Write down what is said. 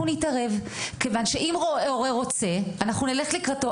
נתערב כיוון שאם הורה רוצה אנחנו נלך לקראתו,